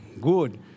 good